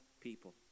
people